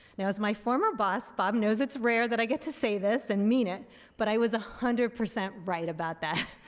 now as my former boss bob knows it's rare that i get to say this and mean it but i was a hundred percent right about that.